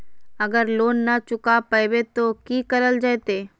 अगर लोन न चुका पैबे तो की करल जयते?